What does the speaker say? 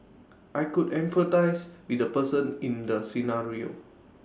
I could empathise with the person in the scenario